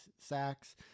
sacks